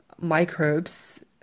microbes